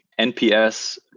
NPS